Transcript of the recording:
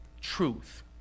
truth